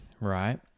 right